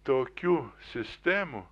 tokių sistemų